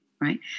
Right